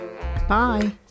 Bye